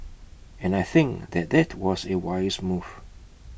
and I think that that was A wise move